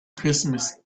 christmas